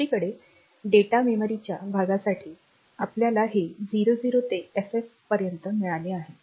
दुसरीकडे डेटा मेमरीच्या भागासाठी आपल्याला हे 00 ते FF पर्यंत मिळाले आहे